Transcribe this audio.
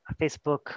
Facebook